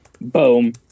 boom